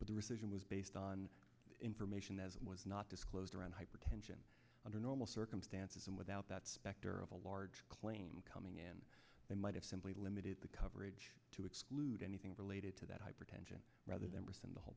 but the rescission was based on information that was not disclosed around hypertension under normal circumstances and without that specter of a large claim coming in and might have simply limited the coverage to exclude anything related to that hypertension rather than person the whole